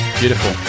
beautiful